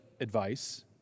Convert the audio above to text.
advice